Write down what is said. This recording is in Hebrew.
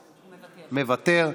מוותר,